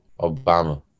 Obama